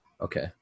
Okay